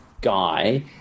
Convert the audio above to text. guy